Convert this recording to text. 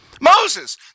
Moses